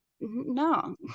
no